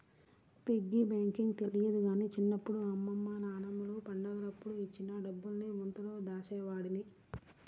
piggy bank తెలియదు గానీ చిన్నప్పుడు అమ్మమ్మ నాన్నమ్మలు పండగలప్పుడు ఇచ్చిన డబ్బుల్ని ముంతలో దాచేవాడ్ని